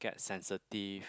sensitive